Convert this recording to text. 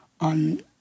on